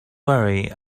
worry